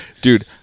Dude